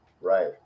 Right